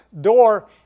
door